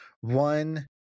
One